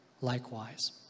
likewise